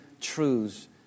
truths